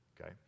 okay